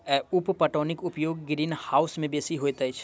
उप पटौनीक उपयोग ग्रीनहाउस मे बेसी होइत अछि